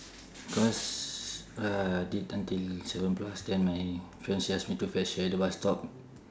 cause uh I did until seven plus then my fiancee ask me to fetch her at the bus stop